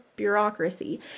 Bureaucracy